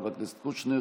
חבר הכנסת קושניר,